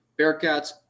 Bearcats